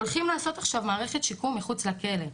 הולכים לעשות עכשיו מערכת שיקום מחוץ לכלא.